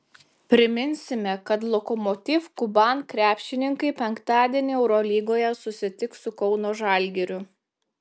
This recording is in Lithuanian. priminsime kad lokomotiv kuban krepšininkai penktadienį eurolygoje susitiks su kauno žalgiriu